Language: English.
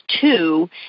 two